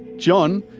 john,